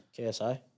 KSI